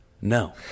No